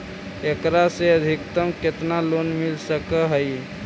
एकरा से अधिकतम केतना लोन मिल सक हइ?